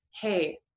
hey